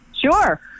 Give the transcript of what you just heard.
sure